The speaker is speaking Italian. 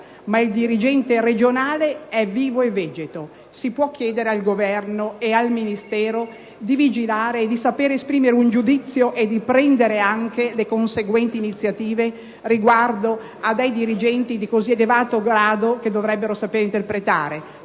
il dirigente regionale è vivo e vegeto. Si può chiedere al Governo e al Ministero di vigilare, di saper esprimere un giudizio e di prendere le conseguenti iniziative riguardo a dirigenti di così elevato grado che dovrebbero saper interpretare